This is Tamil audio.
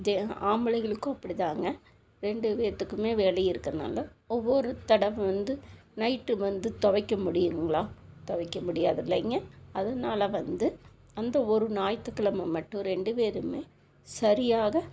இதே ஆம்பளைகளுக்கும் அப்படிதாங்க ரெண்டு பேர்த்துக்குமே வேலை இருக்கறதனால ஒவ்வொரு தடவை வந்து நைட்டு வந்து துவைக்கமுடியுங்களா துவைக்கமுடியாதில்லைங்க அதனால வந்து அந்த ஒரு ஞாயிற்றுக் கிழமை மட்டும் ரெண்டு பேருமே சரியாக